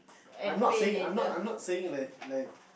I'm not saying I'm not I'm not saying like like